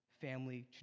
family